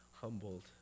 humbled